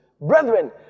brethren